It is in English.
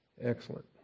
Excellent